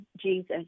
Jesus